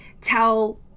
tell